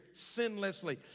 sinlessly